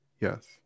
yes